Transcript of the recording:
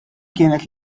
kienet